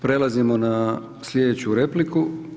Prelazimo na sljedeću repliku.